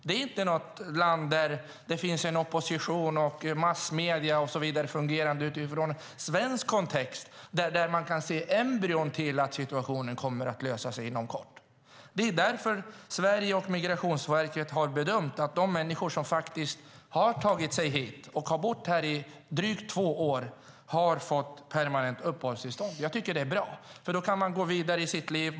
Det är inte ett land där det finns en opposition, fungerande massmedier och så vidare, på samma sätt som i Sverige. Man kan inte ens se embryon till att situationen kommer att lösa sig inom kort. Det är därför Sverige och Migrationsverket fattat beslutet att de människor som tagit sig hit och bott här i drygt två år får permanent uppehållstillstånd. Jag tycker att det är bra. Då kan de gå vidare med sina liv.